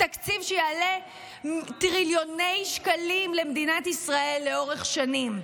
תקציב שיעלה טריליוני שקלים למדינת ישראל לאורך שנים.